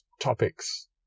topics